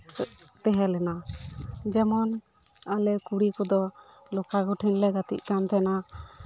ᱛᱟᱦᱮᱸ ᱞᱮᱱᱟ ᱡᱮᱢᱚᱱ ᱟᱞᱮ ᱠᱩᱲᱤ ᱠᱚᱫᱚ ᱞᱚᱠᱟ ᱜᱷᱩᱴᱤ ᱞᱮ ᱜᱟᱛᱮᱜ ᱠᱟᱱ ᱛᱟᱦᱮᱱᱟ